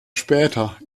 später